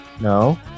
No